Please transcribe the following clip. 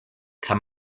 kann